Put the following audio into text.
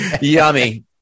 yummy